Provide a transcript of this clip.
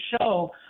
show